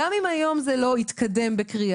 גם אם היום זה לא יתקדם בקריאה,